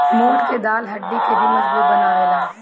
मोठ के दाल हड्डी के भी मजबूत बनावेला